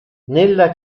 nella